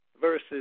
versus